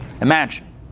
Imagine